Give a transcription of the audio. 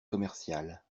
commerciale